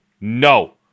No